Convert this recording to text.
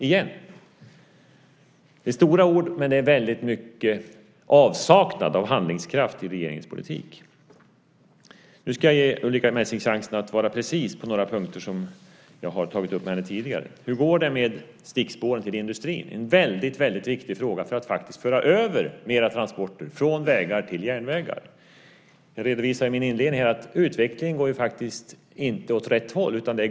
Det är stora ord i regeringens politik, men det saknas handlingskraft. Nu ska jag ge Ulrica Messing chansen att vara precis på några punkter som jag har tagit upp med henne tidigare. Hur går det med frågan om stickspåren till industrin? Det är en viktig fråga för att man ska kunna föra över fler transporter från vägar till järnvägar. I mitt anförande redovisade jag att utvecklingen här går åt fel håll.